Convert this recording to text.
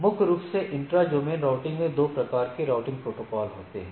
मुख्य रूप से इंट्रा डोमेन राउटिंग में दो प्रकार के राउटिंग प्रोटोकॉल होते हैं